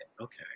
okay